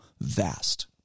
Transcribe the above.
vast